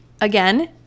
again